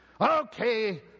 Okay